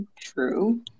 true